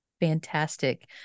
Fantastic